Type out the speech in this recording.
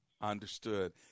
Understood